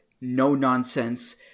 no-nonsense